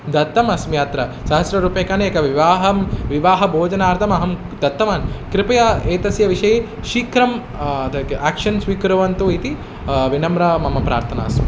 दत्तमस्मि अत्र सहस्ररूप्यकाणि एकं विवाहं विवाहभोजनार्थमहं दत्तवान् कृपया एतस्य विषये शीघ्रं तं याक्षन् स्वीकुर्वन्तु इति विनम्र मम प्रार्थना अस्मि